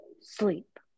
sleep